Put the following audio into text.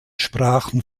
sprachen